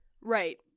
Right